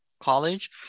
college